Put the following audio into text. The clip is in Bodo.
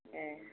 ए